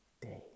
Day